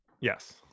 yes